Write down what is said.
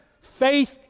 Faith